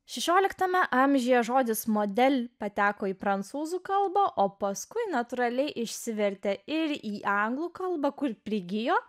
šešioliktame amžiuje žodis modelis pateko į prancūzų kalba o paskui natūraliai išsivertė ir į anglų kalbą kuri prigijo